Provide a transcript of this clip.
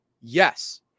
Yes